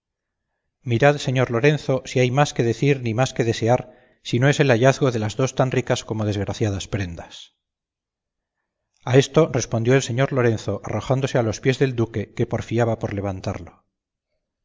mirad señor lorenzo si hay más que decir ni más que desear si no es el hallazgo de las dos tan ricas como desgraciadas prendas a esto respondió el señor lorenzo arrojándose a los pies del duque que porfiaba por levantarlo